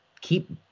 keep